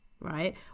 right